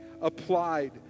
applied